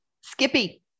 Skippy